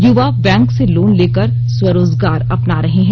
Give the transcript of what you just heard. युवा बैंक से लोन लेकर स्वरोजगार अपना रहे हैं